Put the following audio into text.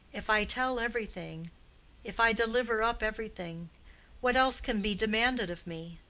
if i tell everything if i deliver up everything what else can be demanded of me?